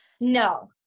No